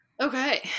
okay